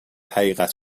حقیقت